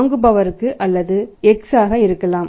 வாங்குபவருக்கு அல்லது அல்லது X ஆக இருக்கலாம்